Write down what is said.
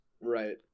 Right